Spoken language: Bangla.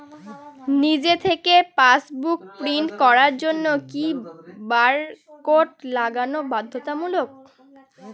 নিজে থেকে পাশবুক প্রিন্ট করার জন্য কি বারকোড লাগানো বাধ্যতামূলক?